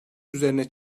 üzerine